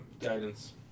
Guidance